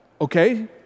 Okay